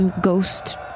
ghost